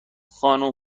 خانمها